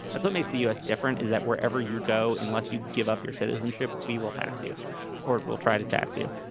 that's what makes the us different is that wherever you go unless you give up your citizenship we will tax you or we'll try to tax you.